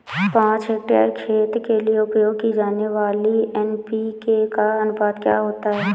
पाँच हेक्टेयर खेत के लिए उपयोग की जाने वाली एन.पी.के का अनुपात क्या होता है?